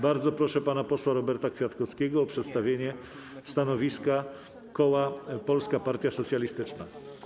Bardzo proszę pana posła Roberta Kwiatkowskiego o przedstawienie stanowiska koła Polska Partia Socjalistyczna.